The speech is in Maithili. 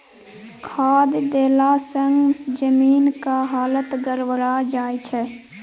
खाद देलासँ जमीनक हालत गड़बड़ा जाय छै